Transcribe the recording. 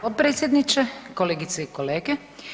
Potpredsjedniče, kolegice i kolege.